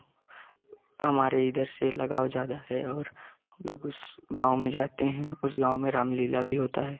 हमारे इधर से लगाव ज़्यादा है और हम लोग उस गाँव में जाते हैं उस गाँव में रामलीला भी होता है